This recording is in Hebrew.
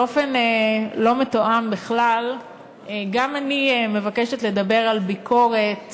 באופן לא מתואם בכלל גם אני מבקשת לדבר על ביקורת